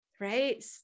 right